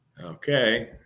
Okay